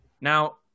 Now